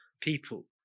people